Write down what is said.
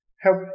Help